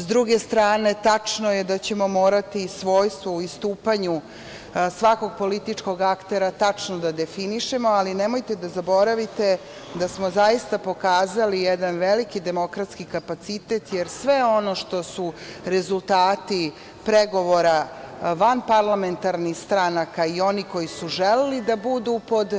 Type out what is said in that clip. S druge strane, tačno je da ćemo morati svojstvo u istupanju svakog političkog aktera tačno da definišemo, ali nemojte da zaboravite da smo zaista pokazali jedan veliki demokratski kapacitet, jer sve ono što su rezultati pregovora vanparlamentarnih stranaka i onih koji su želeli da budu pod